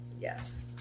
Yes